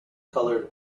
colored